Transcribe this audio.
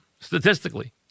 statistically